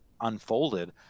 unfolded